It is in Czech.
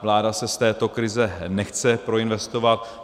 Vláda se z této krize nechce proinvestovat.